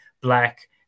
black